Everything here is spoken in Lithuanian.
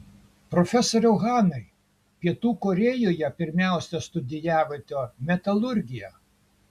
profesoriau hanai pietų korėjoje pirmiausia studijavote metalurgiją